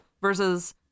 versus